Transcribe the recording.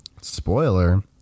Spoiler